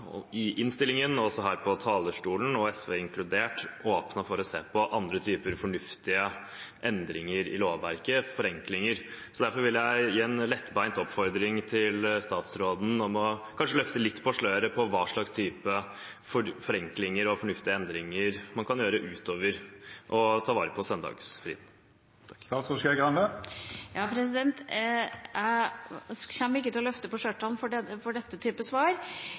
i innstillingen og også her på talerstolen, SV inkludert, åpnet for å se på andre typer fornuftige endringer og forenklinger i lovverket. Derfor vil jeg gi en lettbeint oppfordring til statsråden om kanskje å løfte litt på sløret når det gjelder hva slags type forenklinger og fornuftige endringer man kan gjøre utover å ta vare på søndagsfri. Jeg kommer ikke til å løfte på skjørtet for dette svaret, for